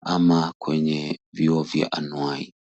ama kwenye vyuo vya anwai.